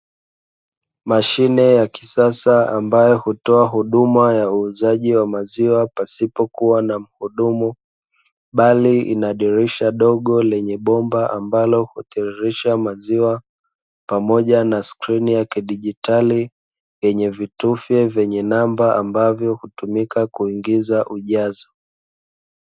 Mashine ya kisasa ambayo hutoa huduma ya uuzaji wa maziwa pasipokuwa na mhudumu, bali ina dirisha dogo lenye bomba ambalo hutiririsha maziwa, pamoja na skrini ya kidigitali, yenye vitufe vyenye namba ambavyo hutumika kuingiza ujazo.